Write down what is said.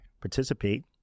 participate